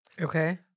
okay